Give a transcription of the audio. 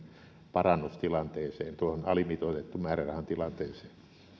parannus tilanteeseen tuohon alimitoitetun määrärahan tilanteeseen